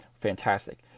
Fantastic